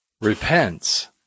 repents